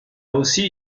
aussi